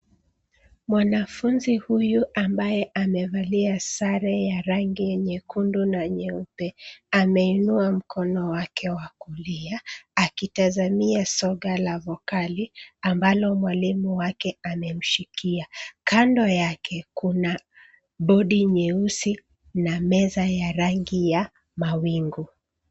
Mwanafunzi huyu ambaye amevalia sare ya rangi ya nyekundu na nyeupe, ameinua mkono wake wa kulia akitazamia zoga la vikali ambalo mwalimu wake amemshikia. Kando yake kuna bodi nyeusi na meza ya rangi ya mawingu.